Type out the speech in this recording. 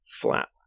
flat